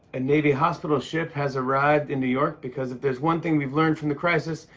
and navy hospital ship has arrived in new york because, if there's one thing we've learned from the crisis,